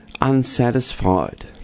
unsatisfied